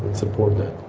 support that